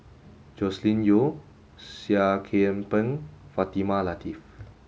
Joscelin Yeo Seah Kian Peng Fatimah Lateef